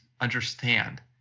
understand